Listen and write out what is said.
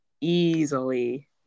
Easily